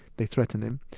they threatened him.